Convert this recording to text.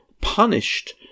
punished